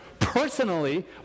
Personally